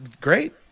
great